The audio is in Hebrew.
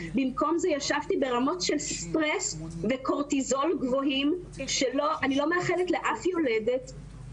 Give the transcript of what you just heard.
במקום זה ישבתי ברמות של לחץ וקורטיזול גבוהים שאני לא מאחלת לאף יולדת.